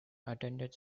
attended